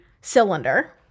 cylinder